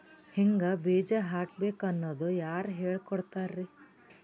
ಹಿಂಗ್ ಬೀಜ ಹಾಕ್ಬೇಕು ಅನ್ನೋದು ಯಾರ್ ಹೇಳ್ಕೊಡ್ತಾರಿ?